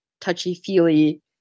touchy-feely